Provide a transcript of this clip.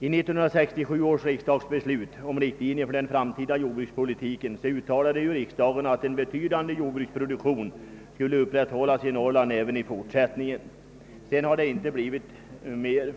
I 1967 års riksdagsbeslut om riktlinjer för den framtida jordbrukspolitiken uttalades att en betydande jordbruksproduktion skulle upprätthållas i Norrland även i fortsättningen. Sedan har det inte blivit mer.